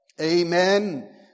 Amen